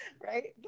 Right